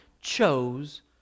chose